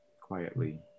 quietly